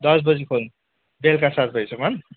दस बजी खोल्नु बेलुका सात बजीसम्म